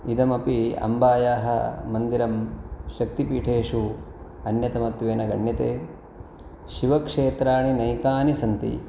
इदमपि अम्बायाः मन्दिरं शक्तिपीठेषु अन्यतमत्वेन गण्यते शिवक्षेत्राणि अनेकानि सन्ति